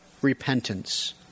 repentance